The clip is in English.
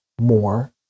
more